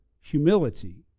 humility